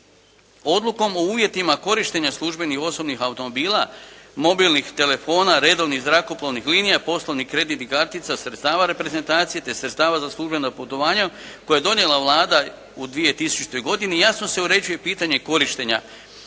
Odlukom o uvjetima korištenja službenih osobnih automobila, mobilnih telefona, redovnih zrakoplovnih linija, poslovnih kreditnih kartica, sredstava reprezentacije te sredstava za službena putovanja koju je donijela Vlada u 2000. godini jasno se uređuju pitanja korištenja